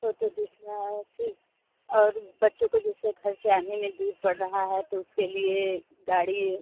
सो तो दिख रहा है फिर और बच्चों को जैसे घर से आने में दूर पड़ रहा है तो उसके लिए गाड़ी